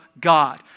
God